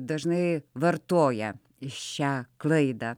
dažnai vartoja šią klaidą